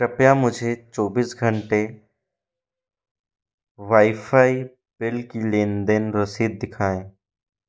कृपया मुझे चौबीस घंटे वाईफ़ाई बिल की लेन देन रसीद दिखाएँ